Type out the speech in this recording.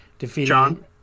John